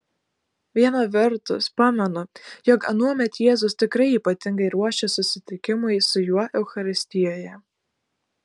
viena vertus pamenu jog anuomet jėzus tikrai ypatingai ruošė susitikimui su juo eucharistijoje